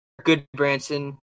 Goodbranson